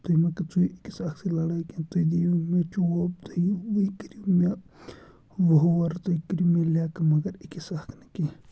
تُہۍ مہٕ کہٕ ژُیِو أکِس اَکھ سۭتۍ لَڑٲے کیٚنٛہہ تُہۍ دِیِو مےٚ چوب تُہۍ وٕہہِ کٔرِو مےٚ ووٚہ ووٚہَر تُہۍ کٔرِو مےٚ لٮ۪کہٕ مگر أکِس اَکھ نہٕ کیٚنٛہہ